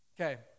okay